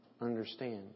understand